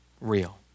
real